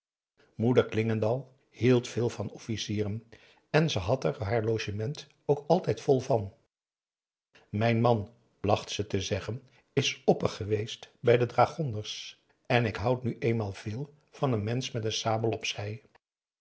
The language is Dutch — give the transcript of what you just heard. klingendal hield veel van officieren en ze had er haar logement ook altijd vol van mijn man placht ze te zeggen is opper geweest bij de dragonders en ik houd nu eenmaal veel van n mensch met n sabel op